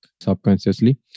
subconsciously